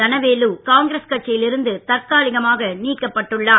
Dhanavelu Congress கட்சியில் இருந்து தற்காலிகமாக நீக்கப்பட்டுள்ளார்